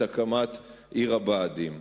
את הקמת עיר הבה"דים.